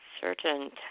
certain